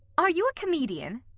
are you a comedian?